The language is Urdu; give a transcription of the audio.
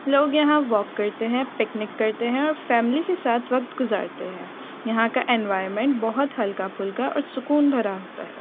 لوگ یہاں واک کرتے ہیں پکنک کرتے ہیں اور فیملی کے ساتھ وقت گزارتے ہیں یہاں کا انوائرمنٹ بہت ہلکا پھلکا اور سکون بھرا ہوتا ہے